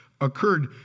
occurred